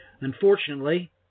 Unfortunately